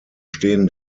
stehen